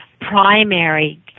primary